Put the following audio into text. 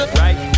right